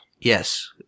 Yes